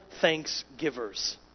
thanksgivers